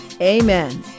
Amen